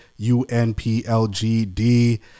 UNPLGD